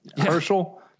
Herschel